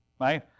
right